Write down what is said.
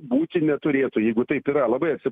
būti neturėtų jeigu taip yra labai atsi